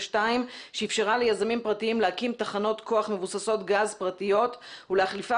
שאפשרה ליזמים פרטיים להקים תחנות כוח מבוססות גז פרטיות ולהחליפה